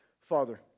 Father